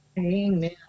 Amen